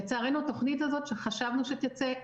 לצערנו התוכנית הזאת שחשבנו שתצא,